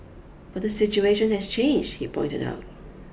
but the situation has changed he pointed out